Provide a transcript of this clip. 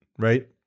Right